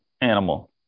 animal